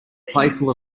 playful